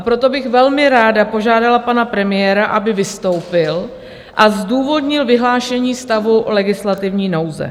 Proto bych velmi ráda požádala pana premiéra, aby vystoupil a zdůvodnil vyhlášení stavu legislativní nouze.